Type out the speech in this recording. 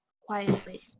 Quietly